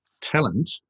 talent